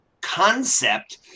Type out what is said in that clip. concept